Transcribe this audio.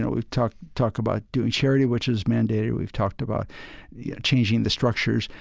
ah we've talked talked about doing charity, which is mandated, we've talked about yeah changing the structures,